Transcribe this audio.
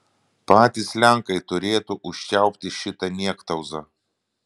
patys lenkai turėtų užčiaupti šitą niektauzą